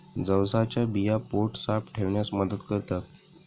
जवसाच्या बिया पोट साफ ठेवण्यास मदत करतात